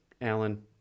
Alan